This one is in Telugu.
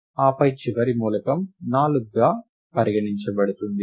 ఆపై చివరి మూలకం 4గా పరిగణించబడుతుంది